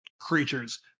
creatures